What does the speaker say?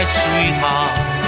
sweetheart